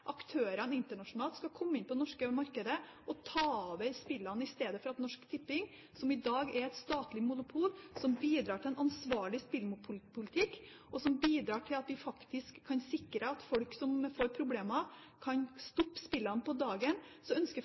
aktørene internasjonalt skal komme inn på det norske markedet og ta over spillene for Norsk Tipping, som i dag er et statlig monopol som bidrar til en ansvarlig spillpolitikk, og som bidrar til at vi faktisk kan sikre at folk som får problemer, kan stoppe spillene på dagen. Fremskrittspartiet ønsker